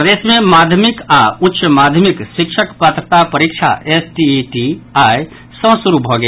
प्रदेश मे माध्यमिक आओर उच्च माध्यमिक शिक्षक पात्रता परीक्षा एसटीईटी आई सॅ शुरू भऽ गेल